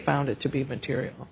found it to be material